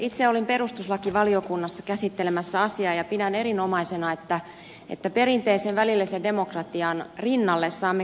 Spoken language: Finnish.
itse olin perustuslakivaliokunnassa käsittelemässä asiaa ja pidän erinomaisena että perinteisen välillisen demokratian rinnalle saamme kansalaisaloitteen